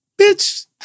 bitch